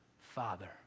Father